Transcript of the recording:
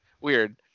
Weird